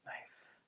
nice